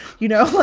you know?